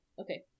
Okay